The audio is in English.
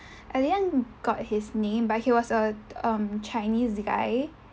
I didn't got his name but he was a um chinese guy